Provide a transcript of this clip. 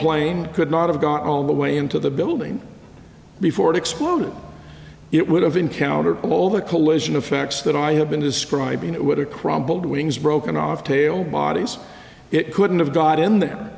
plane could not have gone all the way into the building before it exploded it would have encountered all the collision of facts that i have been describing it would have crumbled wings broken off tail bodies it couldn't have got in there